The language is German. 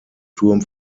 turm